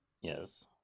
Yes